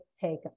take